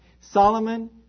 Solomon